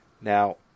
now